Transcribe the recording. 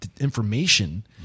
information